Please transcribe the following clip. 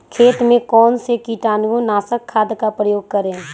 खेत में कौन से कीटाणु नाशक खाद का प्रयोग करें?